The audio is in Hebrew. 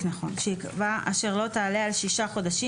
שיקבע אשר לא תעלה על שישה חודשים,